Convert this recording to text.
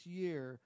year